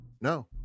No